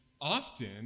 Often